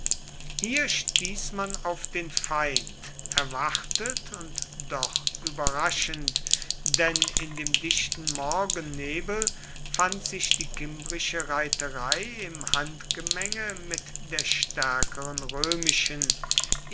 hier stieß man auf den feind erwartet und doch überraschend denn in dem dichten morgennebel fand sich die kimbrische reiterei im handgemenge mit der stärkeren römischen